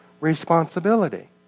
responsibility